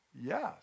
yes